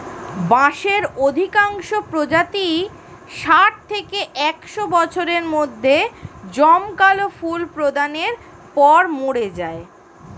বাঁশের অধিকাংশ প্রজাতিই ষাট থেকে একশ বছরের মধ্যে জমকালো ফুল প্রদানের পর মরে যায়